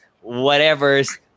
whatever's